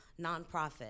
nonprofit